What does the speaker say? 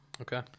Okay